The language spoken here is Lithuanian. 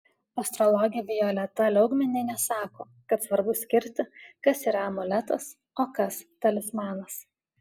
astrologė violeta liaugminienė sako kad svarbu skirti kas yra amuletas o kas talismanas